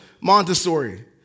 Montessori